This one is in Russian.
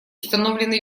установлены